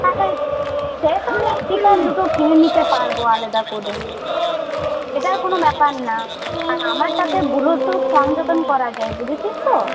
হ্যাঁ সে তো আমি স্পিকার দুটো কিনে নিতে পারবো আলাদা করে সেটার কোনো ব্যাপার না আর আমারটাতে ব্লুটুথ সংযোজন করা যায় বুঝেছিস তো